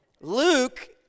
Luke